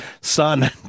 son